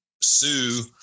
sue